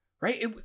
Right